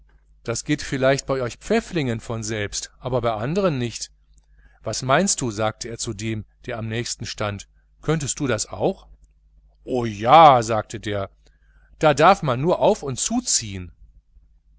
das geht vielleicht bei euch pfäfflingen von selbst aber bei anderen nicht was meinst du sagte er zu dem der am nächsten stand könntest du das auch o ja sagte der da darf man nur auf und zuziehen